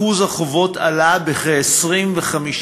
אחוז החובות עלה בכ-25%,